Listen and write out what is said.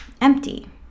empty